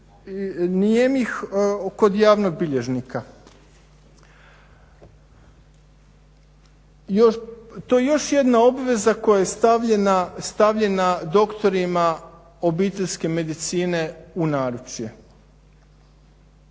nijemih kod javnog bilježnika. To je još jedna obveza koja je stavljena doktorima obiteljske medicine u naručje.